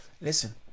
listen